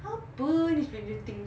apa ni is stranger things